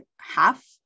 half